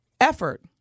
Effort